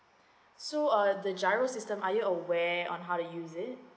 so uh the giro system are you aware on how to use it